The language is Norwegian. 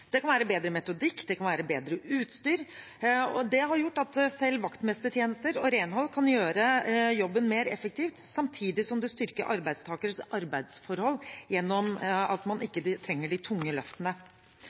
Det kan være bedre metodikk, det kan være bedre utstyr, og det har gjort at selv vaktmestertjenester og renhold kan gjøres mer effektivt, samtidig som det styrker arbeidstakeres arbeidsforhold gjennom at man